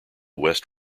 west